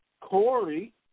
Corey